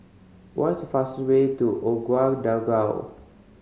what's the fastest way to Ouagadougou